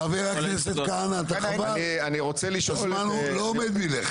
חבר הכנסת כהנא, חבל, הזמן לא עומד מלכת.